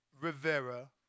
Rivera